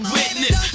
witness